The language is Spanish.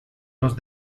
los